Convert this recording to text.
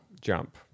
Jump